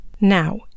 Now